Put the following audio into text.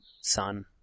son